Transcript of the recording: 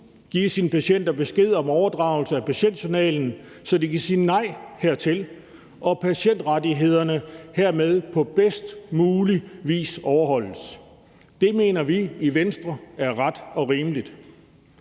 give sine patienter besked om overdragelse af patientjournalen, så de kan sige nej hertil og patientrettighederne hermed på bedst mulig vis overholdes. Det mener vi i Venstre er ret og rimeligt.